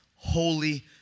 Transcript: holy